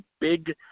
big